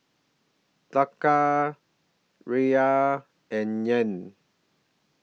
Taka Riyal and Yuan